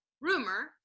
rumor